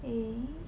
eh